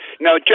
Now